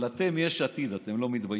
אבל אתם, יש עתיד, אתם לא מתביישים?